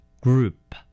Group